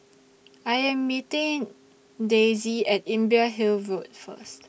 I Am meeting Daisye At Imbiah Hill Road First